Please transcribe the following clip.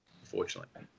unfortunately